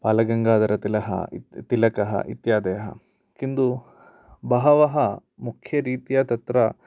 बालगङ्गाधर तिलकः इत्यादयः किन्तु बहवः मुख्यरीत्या तत्र